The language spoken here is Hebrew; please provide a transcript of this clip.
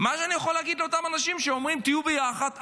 מה אני יכול להגיד לאותם אנשים שאומרים: תהיו ביחד,